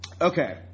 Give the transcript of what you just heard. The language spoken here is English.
Okay